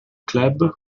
club